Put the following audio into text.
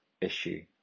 issue